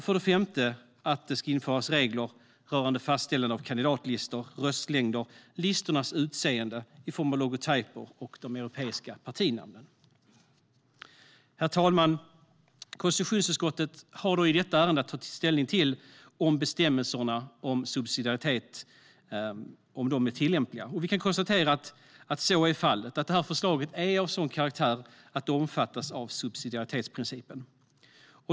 För det femte föreslår man att det ska införas regler rörande fastställande av kandidatlistor, röstlängder, listornas utseende i fråga om logotyper och de europeiska partinamnen. Herr talman! Konstitutionsutskottet har i detta ärende att ta ställning till om bestämmelserna om subsidiaritet är tillämpliga. Vi kan konstatera att så är fallet och att detta förslag är av sådan karaktär att det omfattas av subsidiaritetsprincipen.